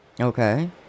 Okay